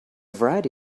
variety